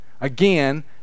again